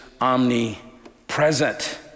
omnipresent